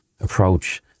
approach